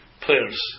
players